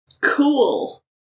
Cool